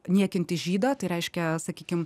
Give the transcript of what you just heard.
niekinti žydą tai reiškia sakykim